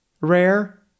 rare